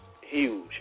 huge